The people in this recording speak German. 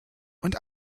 und